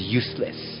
useless